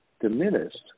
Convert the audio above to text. diminished